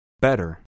Better